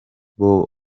bombi